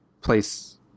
place